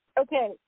Okay